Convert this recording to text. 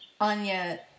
Anya